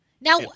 Now